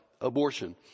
abortion